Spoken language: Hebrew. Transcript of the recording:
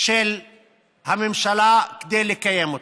של הממשלה, כדי לקיים אותה,